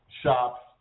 shops